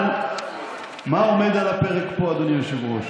אבל מה עומד על הפרק פה, אדוני היושב-ראש?